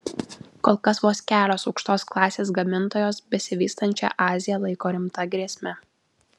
kol kas vos kelios aukštos klasės gamintojos besivystančią aziją laiko rimta grėsme